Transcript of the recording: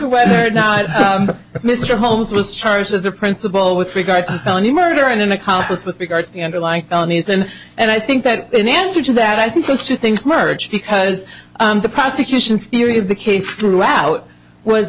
whether or not mr holmes was charged as a principal with regard to felony murder and an accomplice with regard to the underlying felonies and and i think that in answer to that i think those two things merge because the prosecution's theory of the case throughout was